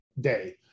day